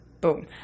Boom